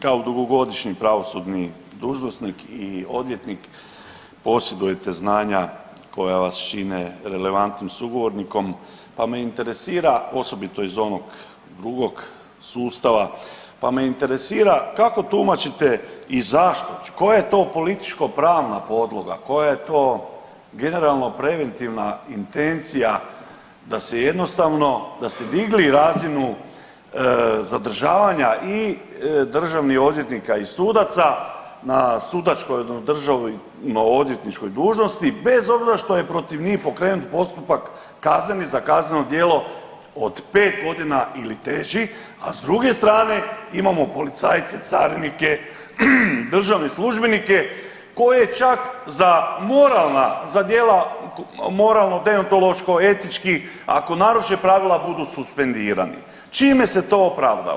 Kao dugogodišnji pravosudni dužnosnik i odvjetnik posjedujete znanja koja vas čine relevantnim sugovornikom pa me interesira, osobito iz onog drugog sustava, pa me interesira kako tumačite i zašto, koja je to političko pravna podloga, koja je to generalno preventivna intencija da se jednostavno da ste digli razinu zadržavanja i državnih odvjetnika i sudaca na sudačkoj … državno odvjetničkoj dužnosti bez obzira što je protiv njih pokrenut postupak kazneni za kazneno djelo od pet godina ili teži, a s druge strane imamo policajce, carinike, državne službenike koje čak za moralna za djela moralno deontološko, etički ako naruše pravila budu suspendirani, čime se to opravdava?